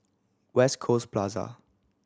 West Coast Plaza